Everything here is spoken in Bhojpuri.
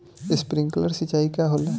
स्प्रिंकलर सिंचाई का होला?